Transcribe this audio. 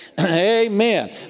Amen